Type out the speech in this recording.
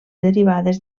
derivades